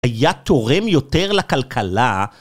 היה תורם יותר לכלכלה.